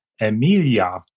Emilia